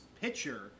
pitcher